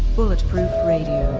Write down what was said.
bulletproof radio,